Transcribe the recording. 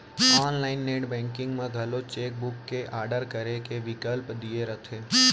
online net banking म घलौ cheque book के आडर करे के बिकल्प दिये रथे